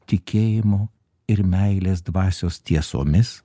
tikėjimo ir meilės dvasios tiesomis